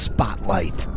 Spotlight